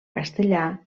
castellà